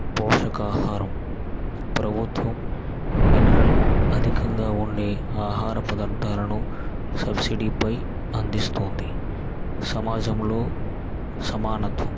పోషకాహారం ప్రభుత్వం మినరల్ అధికంగా ఉండే ఆహార పదార్దాలను సబ్సిడీ పై అందిస్తుంది సమాజంలో సమానత్వం